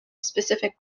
specific